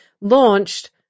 launched